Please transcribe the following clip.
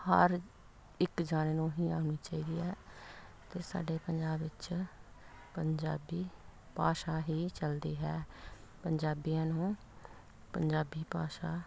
ਹਰ ਇੱਕ ਜਾਣੇ ਨੂੰ ਹੀ ਆਉਣੀ ਚਾਹੀਦੀ ਹੈ ਅਤੇ ਸਾਡੇ ਪੰਜਾਬ ਵਿੱਚ ਪੰਜਾਬੀ ਭਾਸ਼ਾ ਹੀ ਚੱਲਦੀ ਹੈ ਪੰਜਾਬੀਆਂ ਨੂੰ ਪੰਜਾਬੀ ਭਾਸ਼ਾ